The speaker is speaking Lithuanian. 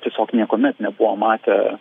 tiesiog niekuomet nebuvo matę